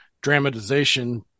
dramatization